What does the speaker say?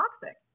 toxic